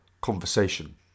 conversation